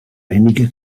einige